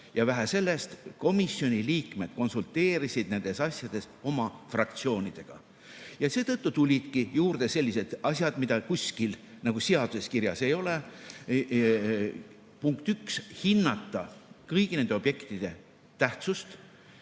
ja vähe sellest, komisjoni liikmed konsulteerisid nendes asjades oma fraktsioonidega. Seetõttu tulidki juurde sellised asjad, mida kuskil seaduses kirjas ei ole. Punkt üks, hinnata kõigi nende objektide tähtsust